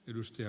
kannatan